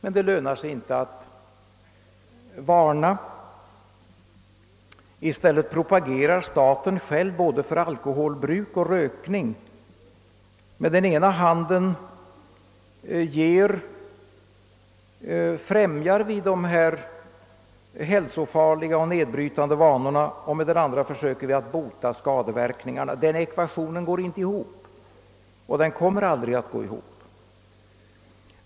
Men det lönar sig knappast att varna. I stället propagerar staten själv för både alkoholbruk och rökning. Med den ena handen främjar vi dessa hälsofarliga och nedbrytande vanor och med den andra försöker vi att bota skadeverkningarna. Den ekvationen går inte ihop och den kommer aldrig att gå ihop.